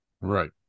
Right